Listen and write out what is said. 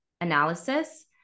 analysis